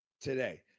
today